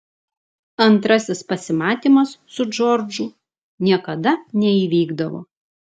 antrasis pasimatymas su džordžu niekada neįvykdavo